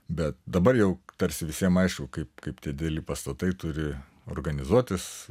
bet dabar jau tarsi visiem aišku kaip kaip tie dideli pastatai turi organizuotis